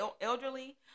elderly